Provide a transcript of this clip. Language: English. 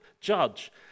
Judge